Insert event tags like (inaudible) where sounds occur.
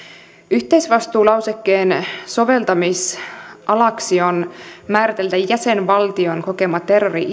yhteisvastuulausekkeen soveltamisalaksi on määritelty jäsenvaltion kokema terrori (unintelligible)